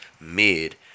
mid